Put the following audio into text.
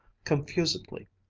confusedly,